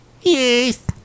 Yes